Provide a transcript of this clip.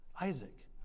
Isaac